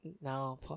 Now